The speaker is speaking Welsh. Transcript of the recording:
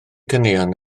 caneuon